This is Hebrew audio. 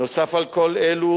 נוסף על כל אלו,